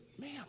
man